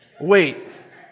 Wait